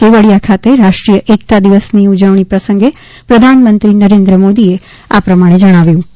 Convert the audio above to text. કેવડીયા ખાતે રાષ્ટ્રીય એકતા દિવસની ઉજવણી પ્રસંગે પ્રધાનમંત્રી નરેન્દ્ર મોદીએ આમ જણાવ્યું હતું